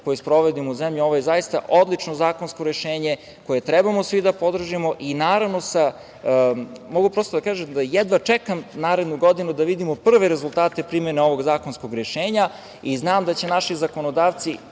koju sprovodimo u zemlji, ovo je odlično zakonsko rešenje koje trebamo svi da podržimo. Mogu da kažem da jedva čekam narednu godinu da vidimo prve rezultate primene ovog zakonskog rešenja. Znam da će naši zakonodavci